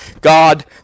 God